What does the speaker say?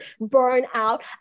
burnout